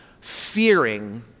Fearing